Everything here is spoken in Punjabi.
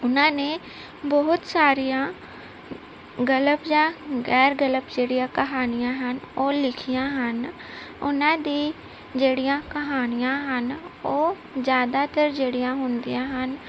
ਉਹਨਾਂ ਨੇ ਬਹੁਤ ਸਾਰੀਆਂ ਗਲਪ ਜਾਂ ਗੈਰ ਗਲਪ ਜਿਹੜੀਆ ਕਹਾਣੀਆਂ ਹਨ ਉਹ ਲਿਖੀਆਂ ਹਨ ਉਹਨਾਂ ਦੀ ਜਿਹੜੀਆਂ ਕਹਾਣੀਆਂ ਹਨ ਉਹ ਜ਼ਿਆਦਾਤਰ ਜਿਹੜੀਆਂ ਹੁੰਦੀਆਂ ਹਨ